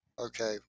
Okay